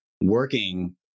working